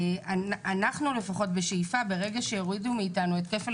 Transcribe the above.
אנחנו בשאיפה שברגע שיורידו מאתנו את כפל